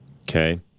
Okay